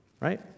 Right